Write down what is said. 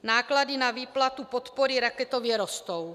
Náklady na výplatu podpory raketově rostou.